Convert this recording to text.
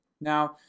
Now